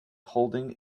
holding